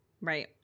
Right